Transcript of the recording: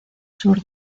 sur